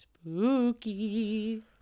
spooky